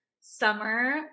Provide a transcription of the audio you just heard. summer